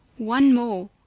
one more,